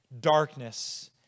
Darkness